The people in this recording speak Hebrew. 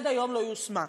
עד היום לא יושמה.